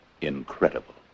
incredible